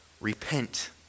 repent